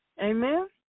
Amen